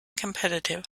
competitive